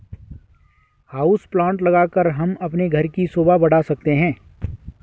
house plant लगाकर हम अपने घर की शोभा बढ़ा सकते हैं